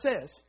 says